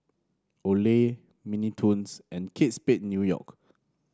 Olay Mini Toons and Kate Spade New York